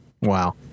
Wow